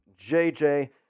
jj